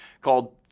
called